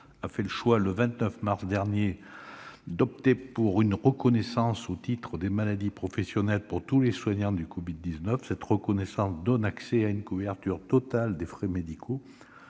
29 mars dernier, le Gouvernement a opté pour une reconnaissance au titre des maladies professionnelles pour tous les soignants malades du Covid-19. Cette reconnaissance donne accès à une couverture totale des frais médicaux,